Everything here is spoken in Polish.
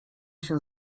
się